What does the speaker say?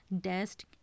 desk